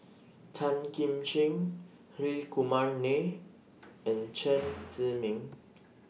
Tan Kim Ching Hri Kumar Nair and Chen Zhiming